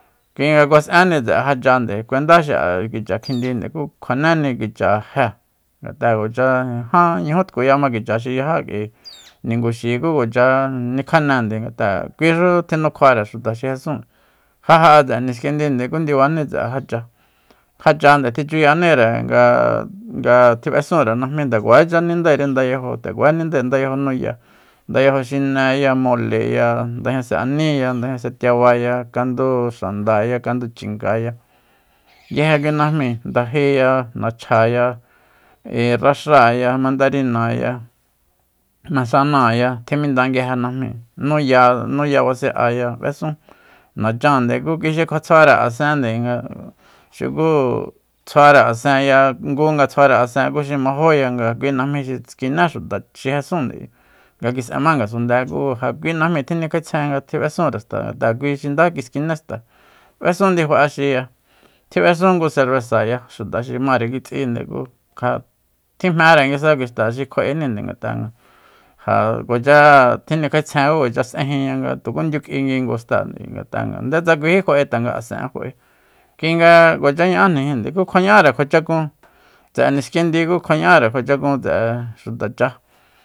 Kui nga kuas'enni tse'e já chande kuenda xi'a kicha kjindi ku kjuanéni kicha jée ngat'a kuacha jan ñuju tkuyama kicha xi yajá k'ui ninguxi ku kuacha nikjanende ngat'a kiuxu tjinukjuare xuta xi jesúun ja ja'a tse'e niskindinde ku ndibani tse'e ja cha- ja cha nde tjichuyaníre nga- nga tjib'esunre najmí nde kuacha nindairi ndayajo nde kuacha nindae ndayajo nuya ndayajo xineya moleya ndajñase aníya ndajñase tiabaya kandu xandaya kandu chingaya nguije kuinajmi ndajeya nachjaya raxáaya mandarinaya masanáaya tjiminda nguije najmíi nuya- nuya basi'aya b'esun nachande ku kui xi kjuatsjuare asende nga xuku tsjuare asenya ngu nga tsjuare asen ku xi majóya kui najmí xi skine xuta xi jesunde ayi nga kis'ema ngasunde ku ja kui najmi nikjaetsjen nga tji b'esunre xta kui xi nda kiskine xta b'esun ndifa axiya tjib'esun ngu serbesaya xuta xi mare kitsinde ku ja tjinjmere nguisa kui xta xi kjua'eninde ngata nga ja kuacha tjinikja'etsjen ku kuacha s'ejinña nga tuku ndiuk'i nguingu xta ngat'a ndetsa kuijí fa'e tanga asen'e fa'e kuinga kuacha ña'ajnijinde ku kjua ña'are kjuachakun tse'e niskindi ku kjuaña'are kjuachakun tse'e xuta chá